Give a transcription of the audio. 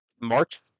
March